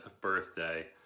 birthday